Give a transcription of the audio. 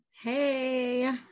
Hey